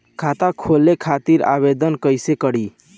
खाता खोले खातिर आवेदन कइसे करी?